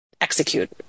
execute